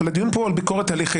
אבל הדיון פה הוא על ביקורת הליכית,